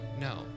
no